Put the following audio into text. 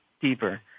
deeper